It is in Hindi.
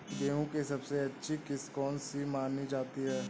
गेहूँ की सबसे अच्छी किश्त कौन सी मानी जाती है?